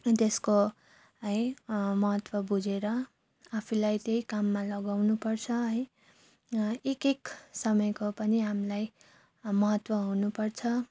त्यसको है महत्त्व बुझेर आफूलाई त्यही काममा लगाउनु पर्छ है एक एक समयको पनि हामीलाई महत्त्व हुनु पर्छ